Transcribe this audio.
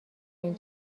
این